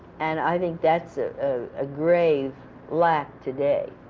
and i think that's a grave lack today.